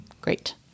Great